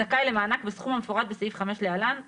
זכאי למענק בסכום המפורט בסעיף 5 להלן (להלן,